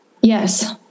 yes